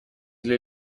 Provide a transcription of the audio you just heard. для